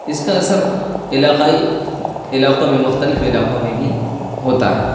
اس کا اثر علاقائی علاقوں میں مختلف علاقوں میں بھی ہوتا ہے